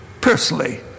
personally